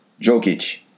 Jokic